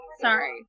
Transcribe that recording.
Sorry